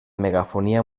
megafonia